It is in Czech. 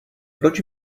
proč